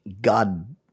God